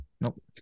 Nope